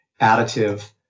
additive